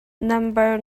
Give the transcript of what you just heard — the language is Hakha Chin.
nambar